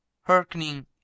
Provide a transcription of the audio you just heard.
Hearkening